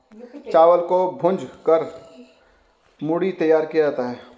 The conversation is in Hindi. चावल को भूंज कर मूढ़ी तैयार किया जाता है